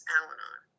Al-Anon